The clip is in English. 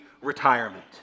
retirement